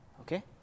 Okay